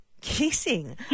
kissing